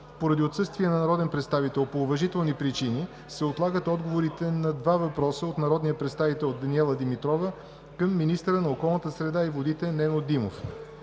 Поради отсъствие на народен представител по уважителни причини се отлагат отговорите на: - два въпроса от народния представител Даниела Димитрова към министъра на околната среда и водите Нено Димов;